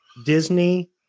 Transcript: Disney